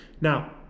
Now